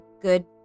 good